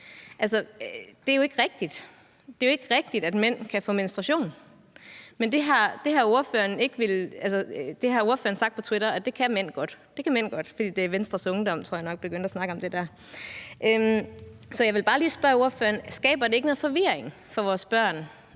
det er jo ikke rigtigt, at mænd kan få menstruation. Men det har en ordfører sagt på Twitter at det kan mænd godt, for det er Venstres Ungdom, tror jeg nok, begyndt at snakke om. Så jeg vil bare lige spørge ordføreren: Skaber det ikke noget forvirring for vores børn,